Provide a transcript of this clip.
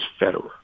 Federer